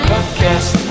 Podcast